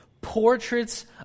portraits